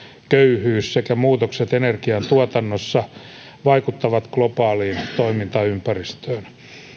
köyhyys sekä muutokset energiantuotannossa vaikuttavat globaaliin toimintaympäristöön